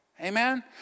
Amen